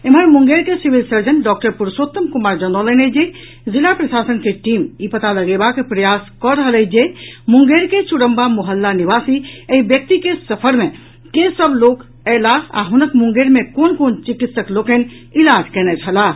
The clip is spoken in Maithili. एम्हर मुंगेर के civil surgeon doctor Purushottam Kumar जनौलनि अछि जे जिला प्रशासन के टीम ई पता लगेबाक प्रयास कऽ रहल अछि जे मुंगेर के चुरम्बा मोहल्ला निवासी एहि व्यक्ति के सफर मे के सभ लोक आयला आ हुनक मुंगेर मे कोन कोन चिकित्सक लोकनि इलाज कएने छलाह